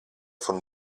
von